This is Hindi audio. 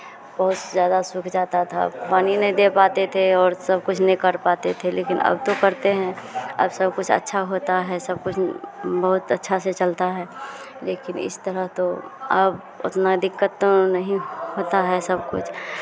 और ज़्यादा सूख जाता था पानी नहीं दे पाते थे और सब कुछ नहीं कर पाते थे लेकिन अब तो करते हैं अब सब कुछ अच्छा होता है सब कुछ बहुत अच्छा से चलता है लेकिन इस तरह तो अब उतना दिक्कत तो नहीं होता है सब कुछ